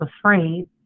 afraid